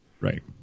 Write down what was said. right